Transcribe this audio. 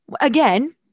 Again